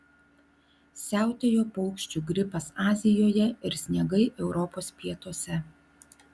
siautėjo paukščių gripas azijoje ir sniegai europos pietuose